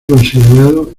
considerado